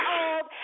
old